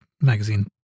magazine